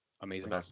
amazing